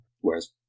Whereas